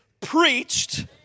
preached